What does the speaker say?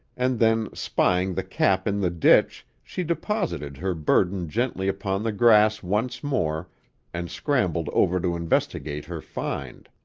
and then spying the cap in the ditch, she deposited her burden gently upon the grass once more and scrambled over to investigate her find.